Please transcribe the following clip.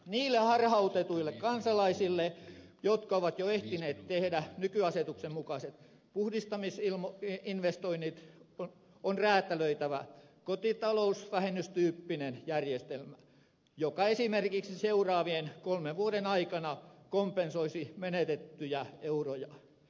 niille harhautetuille kansalaisille jotka ovat jo ehtineet tehdä nykyasetuksen mukaiset puhdistamoinvestoinnit on räätälöitävä kotitalousvähennystyyppinen järjestelmä joka esimerkiksi seuraavien kolmen vuoden aikana kompensoisi menetettyjä euroja